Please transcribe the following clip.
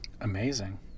Amazing